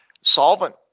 solvent